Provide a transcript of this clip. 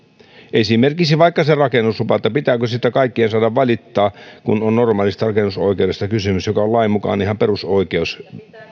esimerkiksi rakennuslupa pitääkö siitä kaikkien saada valittaa kun on normaalista rakennusoikeudesta kysymys joka on lain mukaan ihan perusoikeus